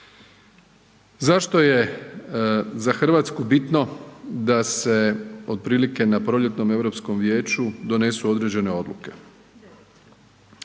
Zašto je za Hrvatsku bitno da se otprilike na proljetnom Europskom vijeću donesu određene odluke?